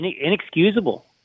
inexcusable